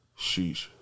Sheesh